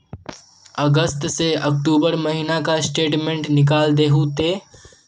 अगस्त से अक्टूबर महीना का स्टेटमेंट निकाल दहु ते?